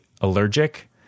allergic